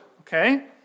okay